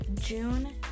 June